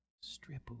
Strip